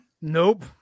Nope